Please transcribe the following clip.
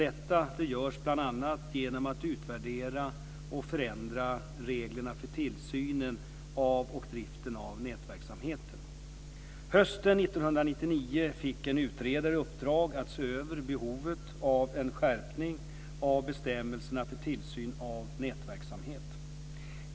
Detta görs bl.a. genom att utvärdera och förändra reglerna för tillsynen av och driften av nätverksamhet. Hösten 1999 fick en utredare i uppdrag att se över behovet av en skärpning av bestämmelserna för tillsyn av nätverksamhet.